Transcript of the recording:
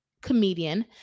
comedian